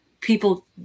people